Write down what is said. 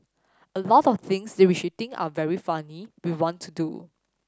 a lot of things they which we think are very funny we want to do